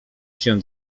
się